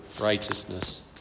righteousness